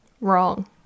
wrong